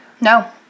No